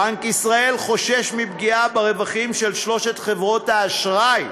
בנק ישראל חושש מפגיעה ברווחים של שלוש חברות האשראי,